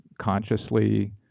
consciously